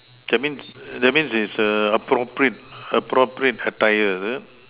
that means that means is a appropriate appropriate attire is it